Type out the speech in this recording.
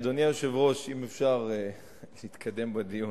אדוני היושב-ראש, אם אפשר להתקדם בדיון.